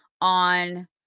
on